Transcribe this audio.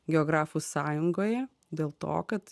geografų sąjungoje dėl to kad